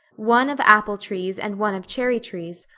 one of apple-trees and one of cherry-trees,